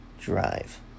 drive